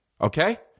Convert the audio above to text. Okay